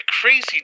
crazy